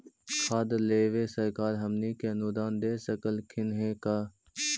खाद लेबे सरकार हमनी के अनुदान दे सकखिन हे का?